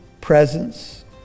presence